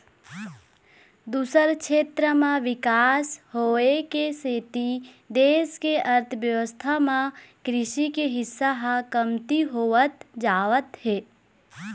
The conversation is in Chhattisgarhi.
दूसर छेत्र म बिकास होए के सेती देश के अर्थबेवस्था म कृषि के हिस्सा ह कमती होवत जावत हे